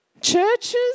churches